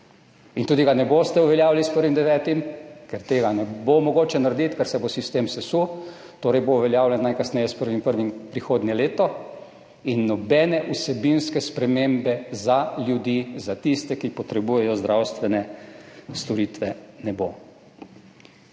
ga tudi ne boste uveljavili s 1. 9., ker tega ne bo mogoče narediti, ker se bo sistem sesul. Torej bo uveljavljen najkasneje s 1. 1. prihodnje leto in nobene vsebinske spremembe za ljudi, za tiste, ki potrebujejo zdravstvene storitve, ne bo.